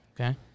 Okay